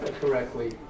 correctly